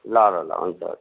ल ल ल हुन्छ हुन्छ